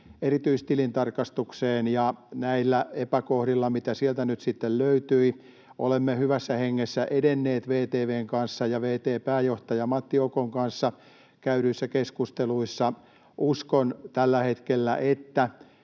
erityistilintarkastukseen, ja näiden epäkohtien osalta, mitä sieltä nyt sitten löytyi, olemme hyvässä hengessä edenneet VTV:n kanssa ja vt. pääjohtaja Matti Okon kanssa käydyissä keskusteluissa. Uskon tällä hetkellä, että